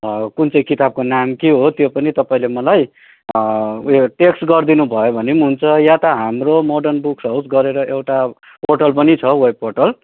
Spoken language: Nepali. कुन चाहिँ किताबको नाम के हो त्यो पनि तपाईँले मलाई उयो टेक्स्ट गरिदिनु भयो भने पनि हुन्छ या त हाम्रो मोर्डन बुक्स हाउस गरेर एउटा पोर्टल पनि छ वेब पोर्टल